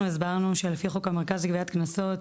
הסברנו שלפי חוק המרכז לגביית קנסות,